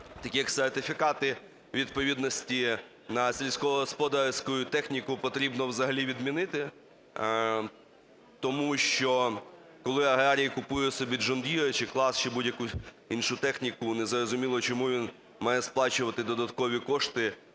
такі сертифікати відповідності на сільськогосподарську техніку потрібно взагалі відмінити. Тому що коли аграрії собі купують John Deere, чи CLAAS, чи будь-яку іншу техніку, незрозуміло чому він має сплачувати додаткові кошти